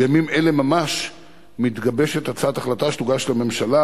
בימים אלו ממש מתגבשת הצעת החלטה שתוגש לממשלה